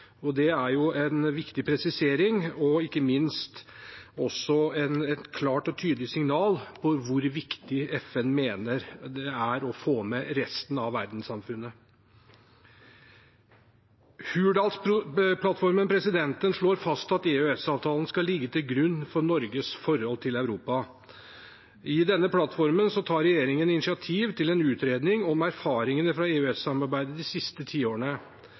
Det er en viktig presisering, ikke minst også et klart og tydelig signal om hvor viktig FN mener det er å få med resten av verdenssamfunnet. Hurdalsplattformen slår fast at EØS-avtalen skal ligge til grunn for Norges forhold til Europa. I denne plattformen tar regjeringen initiativ til en utredning om erfaringene fra EØS-samarbeidet de siste tiårene.